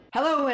Hello